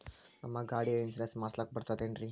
ನಮ್ಮ ಗಾಡಿದು ಇನ್ಸೂರೆನ್ಸ್ ಮಾಡಸ್ಲಾಕ ಬರ್ತದೇನ್ರಿ?